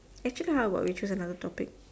actually how about we choose another topic